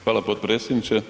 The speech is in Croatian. Hvala potpredsjedniče.